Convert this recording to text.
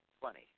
Twenty